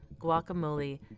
guacamole